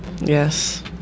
Yes